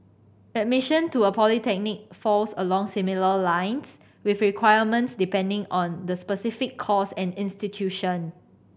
admission to a polytechnic falls along similar lines with requirements depending on the specific course and institution